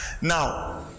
Now